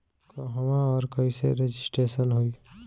कहवा और कईसे रजिटेशन होई?